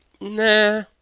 nah